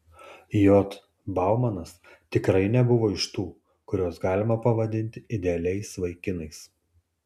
j baumanas tikrai nebuvo iš tų kuriuos galima pavadinti idealiais vaikinais